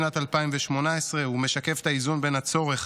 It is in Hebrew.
בשנת 2018. הוא משקף את האיזון בין הצורך